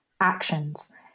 actions